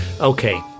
Okay